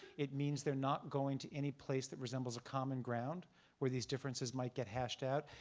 it means they're not going to any place that resembles a common ground where these differences might get hashed out.